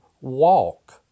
walk